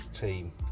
team